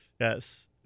Yes